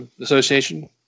Association